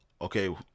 Okay